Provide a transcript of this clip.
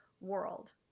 world